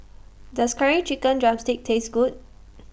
Does Curry Chicken Drumstick Taste Good